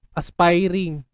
aspiring